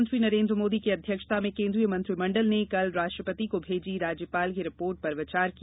प्रधानमंत्री नरेन्द्र मोदी की अध्यक्षता में केन्द्रीय मंत्रिमंडल ने कल राष्ट्रपति को भेजी राज्यपाल की रिपोर्ट पर विचार किया